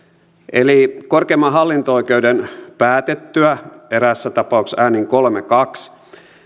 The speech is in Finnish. eli korkeimman hallinto oikeuden päätettyä eräässä tapauksessa äänin kolme viiva kaksi